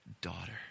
daughter